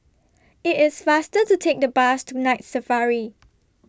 IT IS faster to Take The Bus to Night Safari